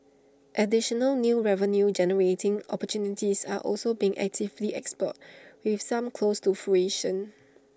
additional new revenue generating opportunities are also being actively explored with some close to fruition